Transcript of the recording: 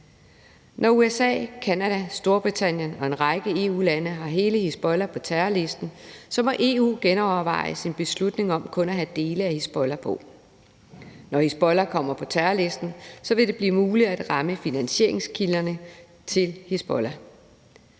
Når USA, Canada, Storbritannien og en række EU-lande har hele Hizbollah på terrorlisten, må EU genoverveje sin beslutning om kun at have dele af Hizbollah på. Når Hizbollah kommer på terrorlisten, vil det blive muligt at ramme finansieringskilderne til Hizbollah.